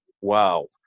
wow